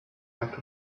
act